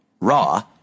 raw